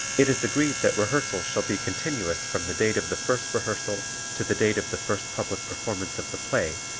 it is agreed that rehearsals shall be continuous from the date of the first rehearsal to the date of the first public performance of the play,